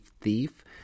thief